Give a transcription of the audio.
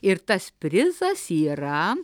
ir tas prizas yra